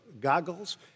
goggles